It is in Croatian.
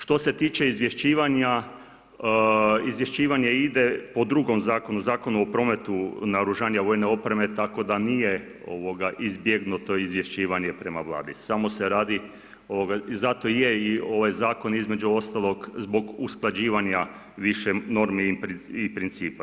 Što se tiče izvješćivanja, izvješćivanje ide po drugom zakonu, Zakonu o prometu naoružanja vojne opreme, tako da nije izbjegnuto izvješćivanje prema Vladi, samo se radi, zato i je ovaj Zakon, između ostalog, zbog usklađivanja više normi i principa.